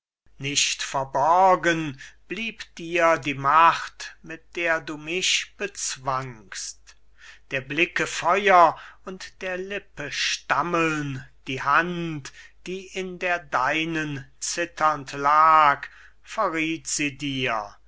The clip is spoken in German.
erblickte nicht verborgen blieb dir die macht mit der du mich bezwangst der blicke feuer und der lippe stammeln die hand die in der deinen zitternd lag verrieth sie dir ein